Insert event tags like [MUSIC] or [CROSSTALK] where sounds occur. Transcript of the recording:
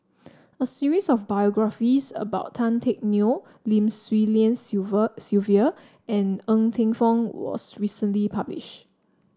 a series of biographies about Tan Teck Neo Lim Swee Lian [UNINTELLIGIBLE] Sylvia and Ng Teng Fong was recently published